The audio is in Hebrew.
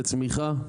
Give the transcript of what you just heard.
לצמיחה,